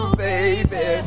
baby